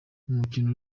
umukino